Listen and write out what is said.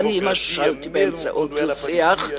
ומשלתי באמצעות דו-שיח.